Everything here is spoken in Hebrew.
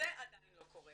זה עדיין לא קורה.